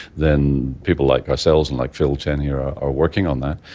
then people like ourselves and like phil chan here are working on that.